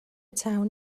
town